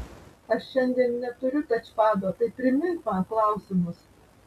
aš šiandien neturiu tačpado tai primink man klausimus